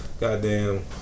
Goddamn